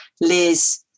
Liz